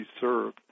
served